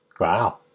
Wow